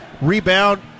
Rebound